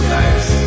nice